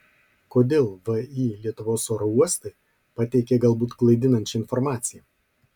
kodėl vį lietuvos oro uostai pateikė galbūt klaidinančią informaciją